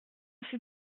fut